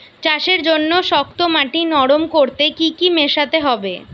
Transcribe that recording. চাষের জন্য শক্ত মাটি নরম করতে কি কি মেশাতে হবে?